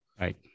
right